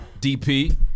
DP